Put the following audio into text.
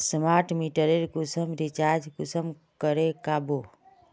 Smart मीटरेर कुंसम recharge कुंसम करे का बो?